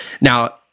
Now